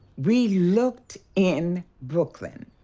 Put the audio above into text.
we looked in brooklyn.